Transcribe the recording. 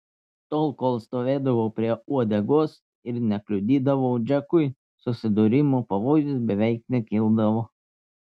tol kol stovėdavau prie uodegos ir nekliudydavau džekui susidūrimo pavojus beveik nekildavo